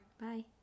Bye